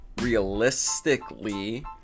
realistically